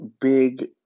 big